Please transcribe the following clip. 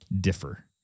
differ